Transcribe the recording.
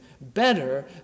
better